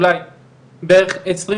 אולי עשרים